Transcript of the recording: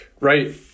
Right